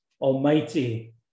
Almighty